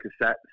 cassettes